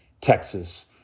Texas